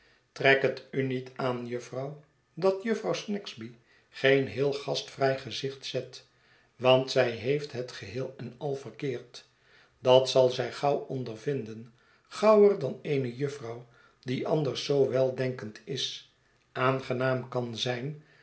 trek het u niet aan jufvrouw dat jufvrouw snagsby geen heel gastvrij gezicht zet want zij heeft het geheel en al verkeerd dat zal zij gauw ondervinden gauwer dan eene jufvrouw die anders zoo weldenkend is aangenaam kan zijn